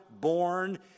born